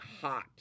hot